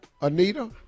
Anita